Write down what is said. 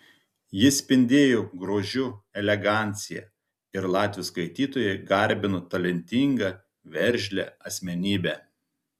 ji spindėjo grožiu elegancija ir latvių skaitytojai garbino talentingą veržlią asmenybę